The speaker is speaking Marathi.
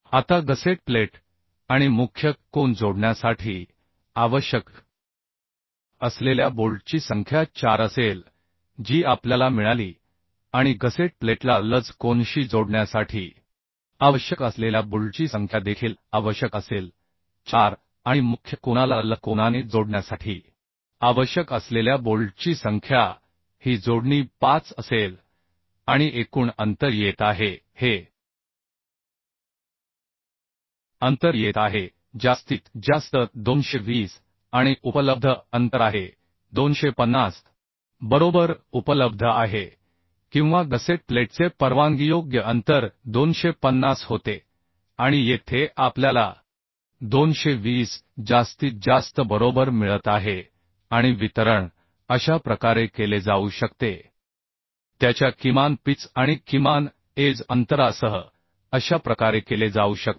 आता गसेट प्लेट आणि मुख्य कोन जोडण्यासाठी आवश्यक असलेल्या बोल्टची संख्या 4 असेल जी आपल्याला मिळाली आणि गसेट प्लेटला लज कोनशी जोडण्यासाठी आवश्यक असलेल्या बोल्टची संख्या देखील आवश्यक असेल 4 आणि मुख्य कोनाला लज कोनाने जोडण्यासाठी आवश्यक असलेल्या बोल्टची संख्या ही जोडणी 5 असेल आणि एकूण अंतर येत आहे हे अंतर येत आहे जास्तीत जास्त 220 आणि उपलब्ध अंतर आहे 250 बरोबर उपलब्ध आहे किंवा गसेट प्लेटचे परवानगीयोग्य अंतर 250 होते आणि येथे आपल्याला 220 जास्तीत जास्त बरोबर मिळत आहे आणि वितरण अशा प्रकारे केले जाऊ शकते त्याच्या किमान पिच आणि किमान एज अंतरासह अशा प्रकारे केले जाऊ शकते